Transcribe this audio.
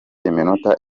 iminota